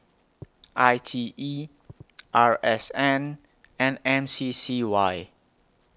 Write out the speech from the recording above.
I T E R S N and M C C Y